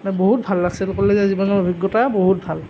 মানে বহুত ভাল লাগিছিল কলেজীয়া জীৱনৰ অভিজ্ঞতা বহুত ভাল